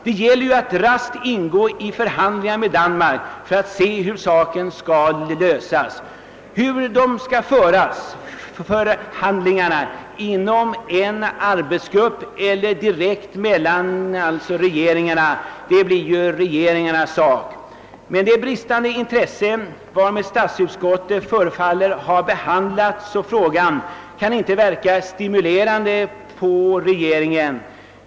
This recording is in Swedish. Det gäller nu att raskt gå in i förhandlingar med Danmark för att se hur saken skall lösas. Hur dessa förhandlingar skall föras — inom en arbetsgrupp eller direkt mellan regeringarna — blir det regeringarnas sak att avgöra. Det bristande intresse, varmed statsutskottet förefaller ha behandlat frågan, kan inte verka stimulerande på regeringen.